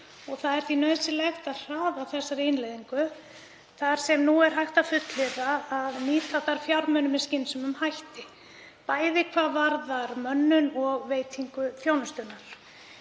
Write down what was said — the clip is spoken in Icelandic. Það er því nauðsynlegt að hraða þessari innleiðingu þar sem nú er hægt að fullyrða að nýta þarf fjármuni með skynsamlegum hætti, bæði hvað varðar mönnun og veitingu þjónustunnar.